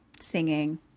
singing